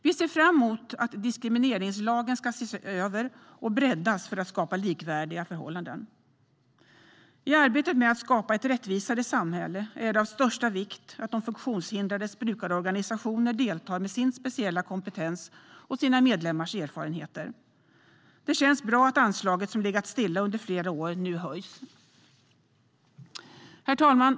Vi ser fram emot att diskrimineringslagen ska ses över och breddas för att skapa likvärdiga förhållanden. I arbetet med att skapa ett rättvisare samhälle är det av största vikt att de funktionshindrades brukarorganisationer deltar med sin speciella kompetens och medlemmarnas erfarenheter. Det känns bra att anslaget, som legat stilla under flera år, nu höjs. Herr talman!